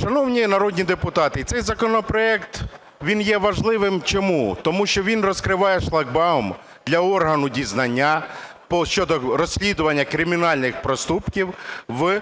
Шановні народні депутати, цей законопроект, він є важливим чому? Тому що він розкриває шлагбаум для органу дізнання щодо розслідування кримінальних проступків в